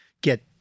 get